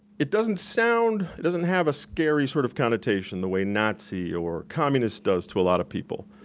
it doesn't sound it doesn't have a scary sort of connotation the way nazi or communist does to a lot of people.